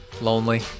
Lonely